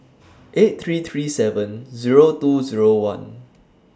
eight three three seven Zero two Zero one